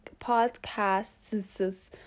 podcasts